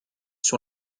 sur